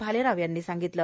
भालेराव यांनी सांगितलं